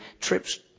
trips